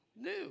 New